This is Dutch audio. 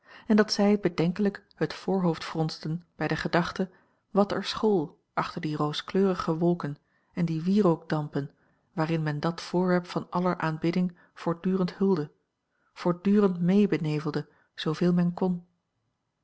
en dat zij bedenkelijk het voorhoofd fronsten bij de gedachte wat er school achter die rooskleurige wolken en die wierookdampen waarin men dat voorwerp van aller aanbidding voortdurend hulde voortdurend mee benevelde zooveel men kon